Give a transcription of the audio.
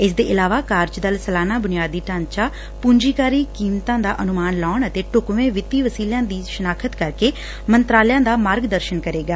ਇਸ ਦੇ ਇਲਾਵਾ ਕਾਰਜ ਦਲ ਸਾਲਾਨਾ ਬੁਨਿਆਦੀ ਢਾਂਚਾ ਪ੍ਰੰਜੀਕਾਰੀ ਕੀਮਤਾਂ ਦਾ ਅਨੁਮਾਨ ਲਾਊਣ ਅਤੇ ਢੁਕਵੇ ਵਿੱਤੀ ਵਸੀਲਿਆਂ ਦੀ ਸਨਾਖਤ ਕਰਕੇ ਮੰਤਰਾਲਿਆਂ ਦਾ ਮਾਰਗ ਦਰਸ਼ਨ ਕਰੇਗਾ